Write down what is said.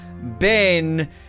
Ben